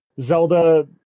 zelda